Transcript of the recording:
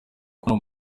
kubona